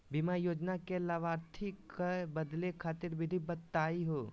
बीमा योजना के लाभार्थी क बदले खातिर विधि बताही हो?